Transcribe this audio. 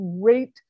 great